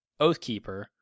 Oathkeeper